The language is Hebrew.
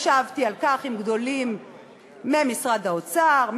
ישבתי על כך עם גדולים ממשרד האוצר,